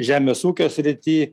žemės ūkio srity